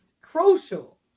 crucial